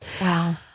Wow